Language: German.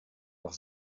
noch